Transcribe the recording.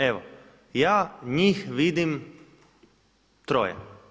Evo ja njih vidim troje.